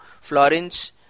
Florence